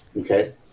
Okay